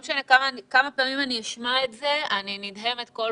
כמה פעמים שאני שומעת את זה, אני כל פעם